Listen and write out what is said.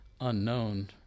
unknown